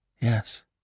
Yes